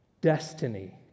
destiny